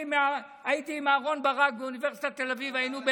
מעונות היום,